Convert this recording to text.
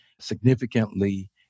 significantly